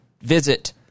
visit